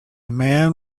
man